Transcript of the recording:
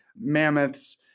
mammoths